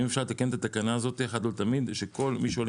האם אפשר לתקן את התקנה הזאת כדי שכל מי שעולה